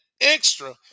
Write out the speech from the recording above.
extra